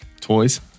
toys